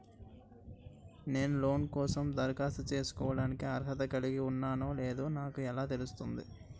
నేను లోన్ కోసం దరఖాస్తు చేసుకోవడానికి అర్హత కలిగి ఉన్నానో లేదో నాకు ఎలా తెలుస్తుంది?